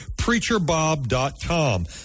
PreacherBob.com